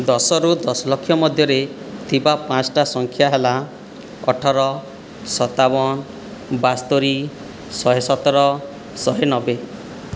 ଦଶରୁ ଦଶଲକ୍ଷ ମଧ୍ୟରେ ଥିବା ପାଞ୍ଚଟା ସଂଖ୍ୟା ହେଲା ଅଠର ସତାବନ ବାସ୍ତରି ଶହେ ସତର ଶହେ ନବେ